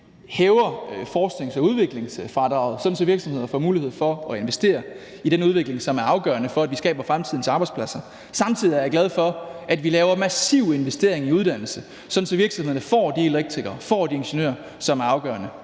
hæver forsknings- og udviklingsfradraget, så virksomheder får mulighed for at investere i den udvikling, som er afgørende for, at vi skaber fremtidens arbejdspladser. Jeg er samtidig glad for, at vi laver en massiv investering i uddannelse, så virksomhederne får de elektrikere og de ingeniører, der er afgørende